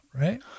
right